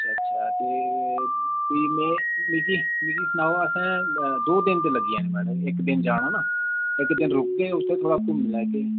अच्छा अच्छा ते में भी मिगी सनाओ असें दौ दिन लग्गी जाने ते इक्क दिन जाना ना इक्क दिन रुक्कगे ते उस दिन थोह्ड़ा घुम्मी लैगे